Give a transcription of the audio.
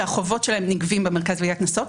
שהחובות שלהן נגבים במרכז לגביית קנסות,